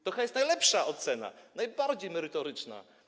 To chyba jest najlepsza ocena, najbardziej merytoryczna.